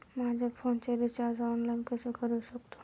माझ्या फोनचे recharge online कसे करू शकतो?